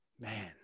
Man